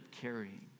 carrying